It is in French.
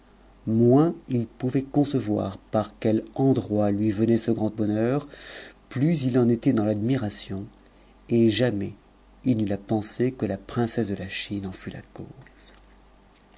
moins il pouvait concevoir par quel endroit lui venait ce grand bonheur plus il en était dans l'admiration et jamais il n'eut la pensée que la princesse de la chine en fût la cause